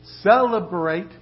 Celebrate